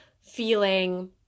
feeling